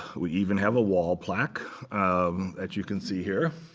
we even have a wall plaque um that you can see here